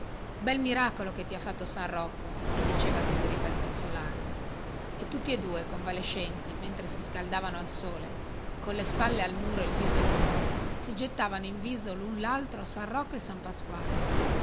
bel miracolo che ti ha fatto san rocco gli diceva turi per consolarlo e tutti e due convalescenti mentre si scaldavano al sole colle spalle al muro e il viso lungo si gettavano in viso lun laltro san rocco e san pasquale